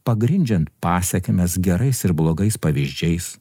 pagrindžiant pasekmes gerais ir blogais pavyzdžiais